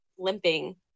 limping